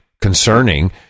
concerning